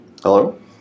Hello